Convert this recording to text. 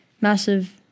massive